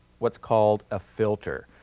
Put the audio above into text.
what's called a filter.